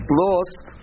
lost